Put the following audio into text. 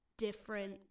different